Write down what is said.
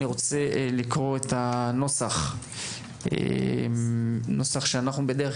אני רוצה לקרוא את הנוסח שאנחנו בד"כ